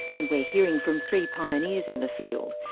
and we're hearing from three pioneers in the field,